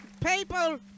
people